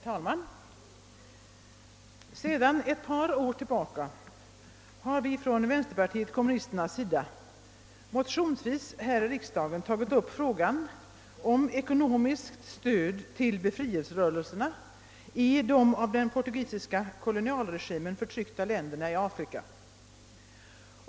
Herr talman! Sedan ett par år tillbaka har vi inom vänsterpartiet kommunisterna här i riksdagen motionsledes tagit upp frågan om ekonomiskt stöd till befrielserörelserna i de av den portugisiska kolonialregimen förtryck ta länderna i Afrika.